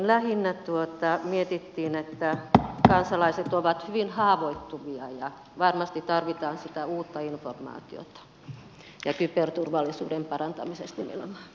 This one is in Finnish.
lähinnä mietimme että kansalaiset ovat hyvin haavoittuvia ja varmasti tarvitaan sitä uutta informaatiota kyberturvallisuuden parantamisessa nimenomaan